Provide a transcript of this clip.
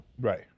Right